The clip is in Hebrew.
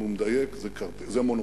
אם נדייק זה מונופול.